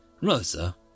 Rosa